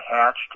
hatched